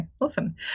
Awesome